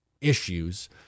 issues